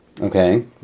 Okay